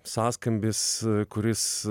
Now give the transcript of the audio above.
sąskambis kuris